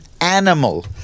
animal